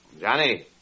Johnny